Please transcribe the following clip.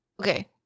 okay